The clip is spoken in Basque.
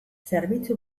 zerbitzu